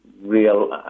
real